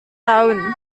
tahun